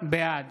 בעד